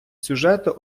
сюжету